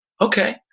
okay